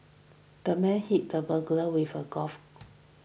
the man hit the burglar with a golf